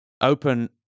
open